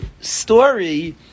story